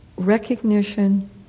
Recognition